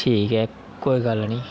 ठीक ऐ कोई गल्ल नेईं